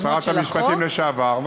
שרת המשפטים לשעבר,